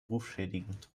rufschädigend